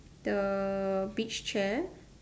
the beach chair